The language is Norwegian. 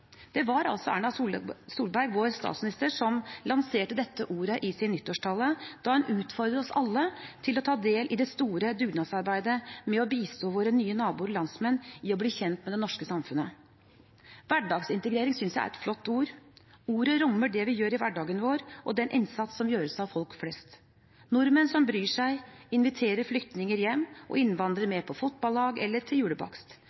Det var Erna Solberg, vår statsminister, som lanserte dette ordet i sin nyttårstale, der hun utfordret oss alle til å ta del i det store dugnadsarbeidet med å bistå våre nye naboer og landsmenn i å bli kjent med det norske samfunnet. «Hverdagsintegrering» synes jeg er et flott ord. Ordet rommer det vi gjør i hverdagen vår, og den innsats som gjøres av folk flest – nordmenn som bryr seg, inviterer flyktninger med hjem og innvandrere med på fotballag eller på julebakst,